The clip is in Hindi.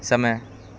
समय